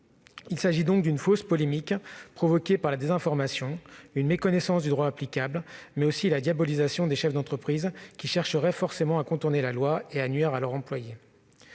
Il s'agit donc d'une fausse polémique, résultant d'une désinformation, d'une méconnaissance du droit applicable, mais aussi de la diabolisation des chefs d'entreprise, lesquels chercheraient forcément à contourner la loi et à nuire à leurs employés.